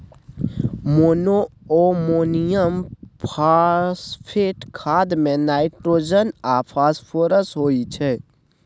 monoammonium phosphate खाद मे nitrogen आ फास्फोरस होइ छै